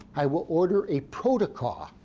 i will order a protocol,